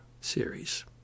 series